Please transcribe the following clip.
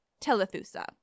Telethusa